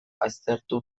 aztertu